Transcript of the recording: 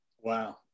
Wow